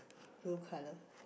blue colour